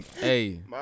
Hey